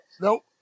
Nope